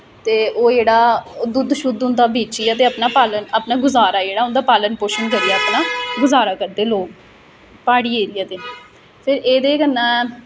ते ओह् जेह्ड़ा दुद्ध शुद्ध उं'दा बेचियै ते अपना पालन अपना गुज़ारा जेह्ड़ा उं'दा पालन पोषण करिये अपना गुज़ारा करदे लोग प्हाड़ी एरिया दे फिर एह्दे कन्नै